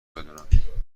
بدونم